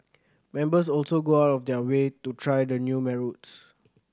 members also go out of their way to try the new my routes